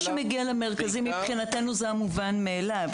--- מה שמגיע למרכזים מבחינתנו זה המובן מאליו.